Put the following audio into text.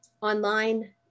online